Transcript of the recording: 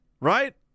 Right